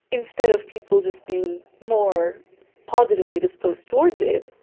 instead of people just being more positively disposed towards it,